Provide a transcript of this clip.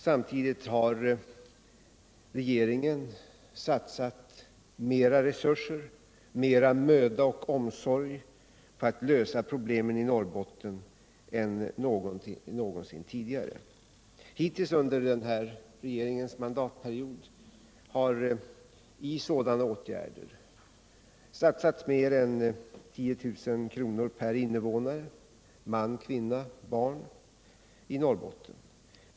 Samtidigt har regeringen satsat mera resurser, mera möda och omsorg på att lösa problemen i Norrbotten än någonsin tidigare. Hittills under denna regerings mandatperiod har i sådana åtgärder satsats mer än 10 000 kr. per invånare — man, kvinna, barn—i Norrbotten.